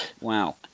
Wow